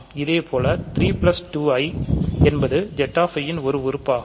இதே போல 32i என்பது Z i ன் ஒரு உறுப்பாகும்